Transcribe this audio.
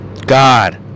God